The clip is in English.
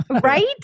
Right